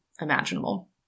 imaginable